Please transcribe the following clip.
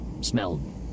Smelled